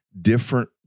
Different